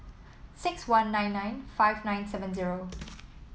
six one nine nine five nine seven zero